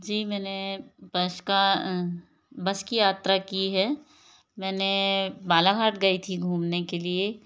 जी मैंने बस का बस की यात्रा की है मैंने बालाघाट गई थी घूमने के लिए